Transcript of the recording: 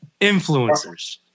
Influencers